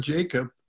Jacob